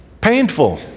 painful